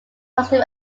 posted